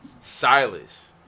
Silas